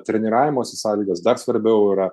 treniravimosi sąlygas dar svarbiau yra